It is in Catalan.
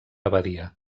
abadia